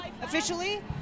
officially